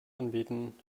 anbieten